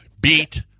Beat